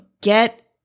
get